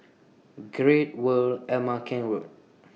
Great World Ama Keng Road